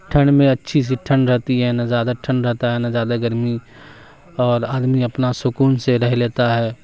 ٹھنڈ میں اچھی سی ٹھند رہتی ہیں نہ زیادہ ٹھنڈ رہتا ہے نہ زیادہ گرمی اور آدمی اپنا سکون سے رہ لیتا ہے